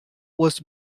was